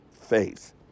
faith